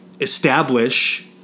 establish